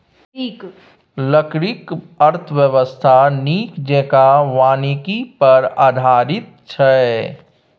लकड़ीक अर्थव्यवस्था नीक जेंका वानिकी पर आधारित छै